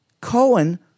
Cohen